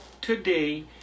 today